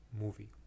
movie